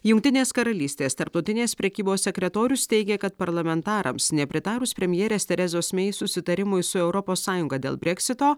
jungtinės karalystės tarptautinės prekybos sekretorius teigia kad parlamentarams nepritarus premjerės terezos mei susitarimui su europos sąjunga dėl breksito